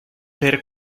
per